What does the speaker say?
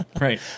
Right